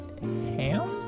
Ham